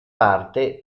parte